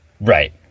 Right